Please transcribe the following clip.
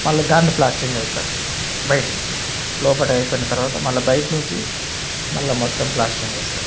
వాళ్ళు దాన్ని ప్లాస్టరింగ్ చేస్తారు బయటిది లోపల అయిపోయిన తర్వాత మళ్ళా బయటి నుంచి మళ్ళా మొత్తం ప్లాస్టరింగ్ చేస్తారు